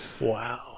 Wow